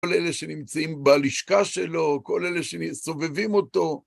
כל אלה שנמצאים בלשכה שלו, כל אלה שסובבים אותו.